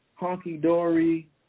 honky-dory